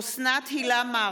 אוסנת הילה מארק,